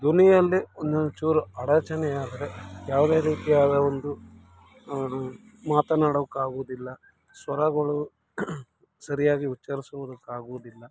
ಧ್ವನಿಯಲ್ಲಿ ಒಂದೇ ಒಂಚೂರು ಅಡಚಣೆಯಾದರೆ ಯಾವುದೇ ರೀತಿಯಾದ ಒಂದು ಮಾತನಾಡೋಕ್ಕಾಗೋದಿಲ್ಲ ಸ್ವರಗಳು ಸರಿಯಾಗಿ ಉಚ್ಚರಿಸೋದಕ್ಕಾಗುವುದಿಲ್ಲ